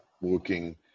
working